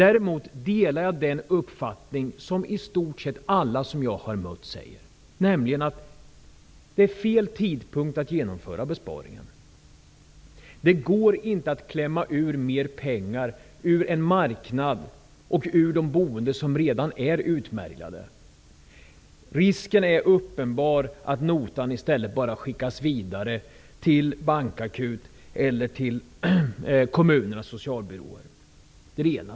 Däremot delar jag den uppfattning som i stort sett alla jag har mött har framfört, nämligen att det är fel tidpunkt att genomföra besparingarna. Det går inte att klämma fram mer pengar ur en marknad och ur boende som redan är utmärglade. Risken är uppenbar att notan i stället bara skickas vidare till bankakuten eller till kommunernas socialbyråer.